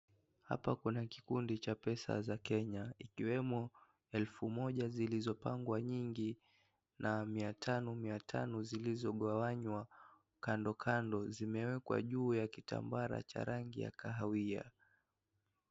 Kapa kuna kikundi cha pesa za Kenya zikiwemo elfu moja zilizopangwa nyingi na Mia tano, Mia tano zilizogawanywa Kando Kando zimewekwa juu ya kitambaa cha rangi ya kahawia.